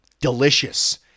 delicious